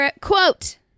quote